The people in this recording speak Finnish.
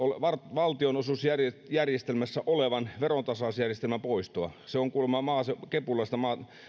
valtionosuusjärjestelmässä olevan verontasausjärjestelmän poisto se on kuulemma kepulaista